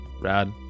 Rad